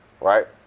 Right